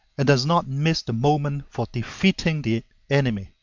and does not miss the moment for defeating the enemy.